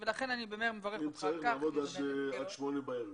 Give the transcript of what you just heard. אם צריך נעבוד עד שמונה בערב.